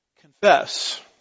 confess